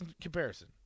comparison